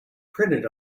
printed